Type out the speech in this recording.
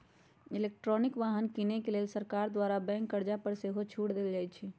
electric वाहन किने के लेल सरकार द्वारा बैंक कर्जा पर सेहो छूट देल जाइ छइ